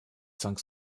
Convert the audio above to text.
cinq